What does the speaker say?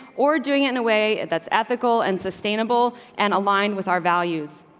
or doing in a way that's ethical and sustainable and aligned with our values.